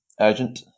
urgent